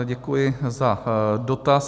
Děkuji za dotaz.